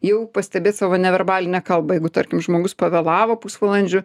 jau pastebėt savo neverbaline kalba jeigu tarkim žmogus pavėlavo pusvalandžiu